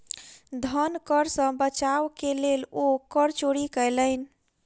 धन कर सॅ बचाव के लेल ओ कर चोरी कयलैन